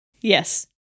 Yes